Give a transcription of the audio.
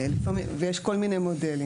יש כל מיני מודלים.